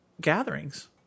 gatherings